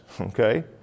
okay